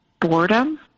boredom